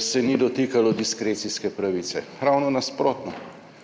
se ni dotikalo diskrecijske pravice, ravno nasprotno.